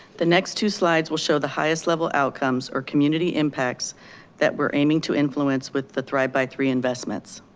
the next two slides will show the highest level outcomes or community impacts that we're aiming to influence with the thrive by three investments.